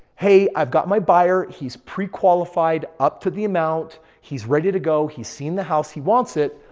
hey, i've got my buyer. he's pre-qualified, up to the amount, he's ready to go, he's seen the house. he wants it.